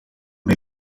mij